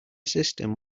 system